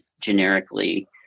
generically